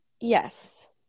Yes